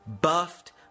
buffed